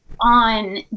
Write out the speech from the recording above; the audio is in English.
on